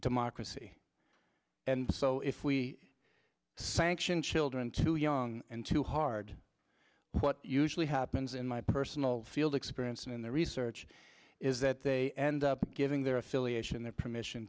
democracy and so if we sanction children too young and too hard what usually happens in my personal field experience in the research is that they end up giving their affiliation their permission